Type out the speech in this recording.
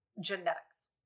genetics